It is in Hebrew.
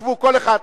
שבו, כל אחד.